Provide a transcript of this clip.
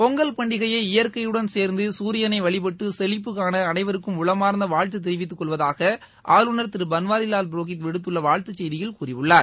பொங்கல் பண்டிகையை இயற்கையுடன் சேர்ந்து சூரியளை வழிபட்டு செழிப்புகாண அனைவருக்கும் உளமார வாழ்த்து தெரிவித்துக் கொள்வதாக ஆளுநர் திரு பன்வாரிலால் புரோஹித் விடுத்துள்ள வாழ்த்துச் செய்தியில் கூறியுள்ளார்